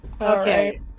Okay